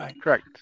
Correct